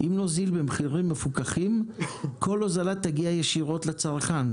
אם נוזיל במחירים מפוקחים כל הוזלה תגיע ישירות לצרכן,